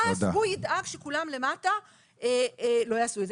אז הם ידאגו שכולם למטה לא יעשו את זה.